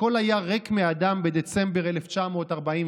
"הכול היה ריק מאדם בדצמבר 1944,